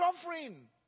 suffering